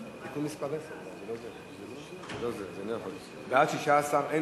אני קובע שהצעת חוק שחרור